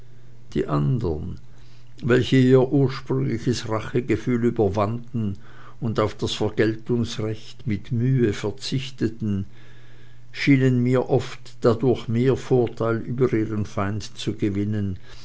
die andern welche ihr ursprüngliches rachegefühl überwanden und auf das vergeltungsrecht mit mühe verzichteten schienen mir oft dadurch mehr vorteil über ihren feind zu gewinnen